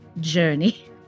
journey